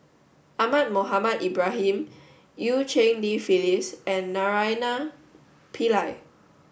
Ahmad Mohamed Ibrahim Eu Cheng Li Phyllis and Naraina Pillai